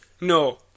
No